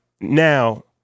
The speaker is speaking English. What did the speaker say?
now